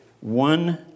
one